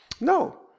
No